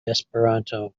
esperanto